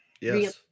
Yes